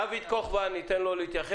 דוד כוכבא, ניתן לו להתייחס.